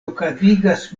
okazigas